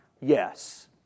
Yes